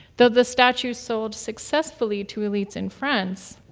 though the statue sold successfully to elites in france,